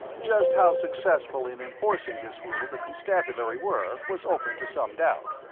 just how successful in enforcing this rule the constabulary were was open to some doubt.